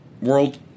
world